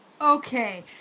okay